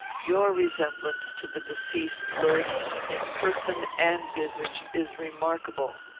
your resemblance to the deceased lodi, in person and visage, is remarkable.